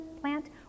plant